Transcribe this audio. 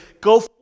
go